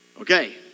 Okay